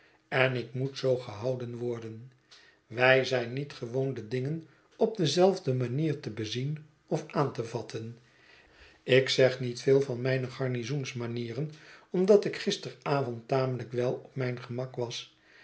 en ik moet zoo gehouden worden wij zijn niet gewoon de dingen op dezelfde manier te bezien of aan te vatten ik zeg niet veel van mijne het verlaten huis garnizoensmanieren omdat ik gisteravond tamelijk wel op mijn gemak was